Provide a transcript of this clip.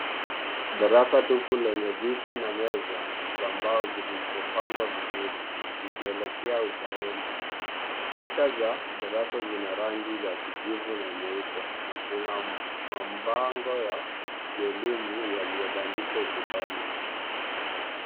Darasa tupu lenye viti na meza za mbao zilizopangwa vizuri zikielekea ubaoni. Kuta za darasa zina rangi ya kijivu na nyeupe na kuna mabango ya kielimu yaliyoandikwa ukutani.